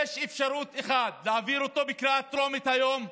יש אפשרות אחת, להעביר אותה בקריאה טרומית היום,